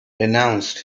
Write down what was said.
renounced